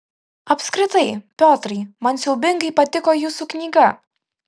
apskritai piotrai man siaubingai patiko jūsų knyga